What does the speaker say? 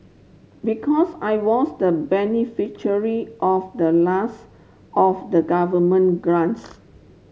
because I was the beneficiary of the last of the government grants